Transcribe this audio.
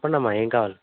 చెప్పండమ్మా ఏమి కావాలి